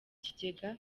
kigega